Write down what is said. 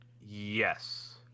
Yes